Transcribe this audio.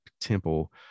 temple